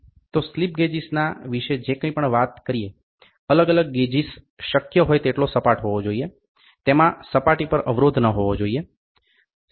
તો સ્લિપ ગેજિસના વિશે જે કંઈ પણ વાત કરીએ અલગ અલગ ગેજિસ શક્ય હોય તેટલો સપાટ હોવો જોઈએ તેમાં સપાટી ઉપર અવરોધ ન હોવો જોઈએ